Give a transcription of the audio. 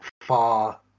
far